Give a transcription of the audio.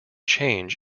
change